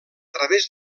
través